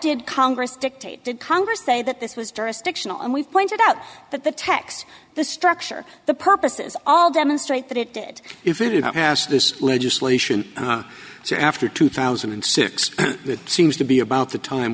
did congress dictate did congress say that this was during and we pointed out that the text the structure the purposes all demonstrate that it did if it has this legislation after two thousand and six that seems to be about the time